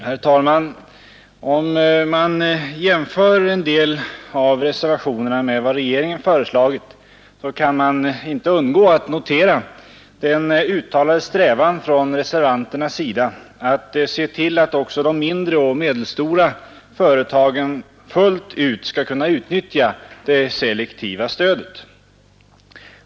Herr talman! Om man jämför en del av reservationerna med vad regeringen föreslagit kan man inte undgå att notera den uttalade strävan från reservanternas sida att se till att också de mindre och medelstora företagen fullt ut skall kunna utnyttja det selektiva stödet.